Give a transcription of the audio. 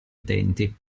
utenti